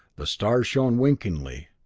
the stars shone unwinkingly,